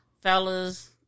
fellas